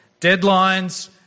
Deadlines